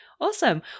Awesome